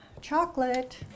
chocolate